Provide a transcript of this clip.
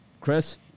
Chris